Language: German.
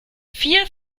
viel